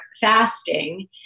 fasting